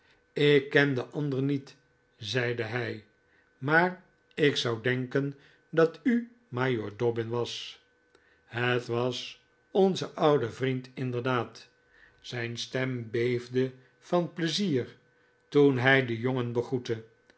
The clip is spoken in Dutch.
ik ken den ander niet zeide hij maar ik zou denken dat u majoor dobbin was het was onze oude vriend inderdaad zijn stem beefde van pleizier toen hij den jongen begroette